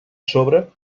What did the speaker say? sobre